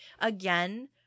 Again